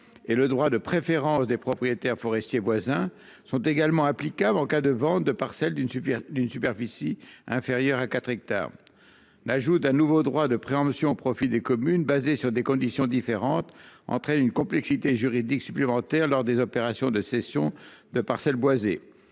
et le droit de préférence des propriétaires forestiers, voisins sont également applicables en cas de vente de parcelles d'une super d'une superficie inférieure à quatre hectares. L'ajout d'un nouveau droit de préemption au profit des communes basée sur des conditions différentes entraîne une complexité juridique supplémentaire lors des opérations de cession de parcelles boisées